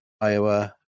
Iowa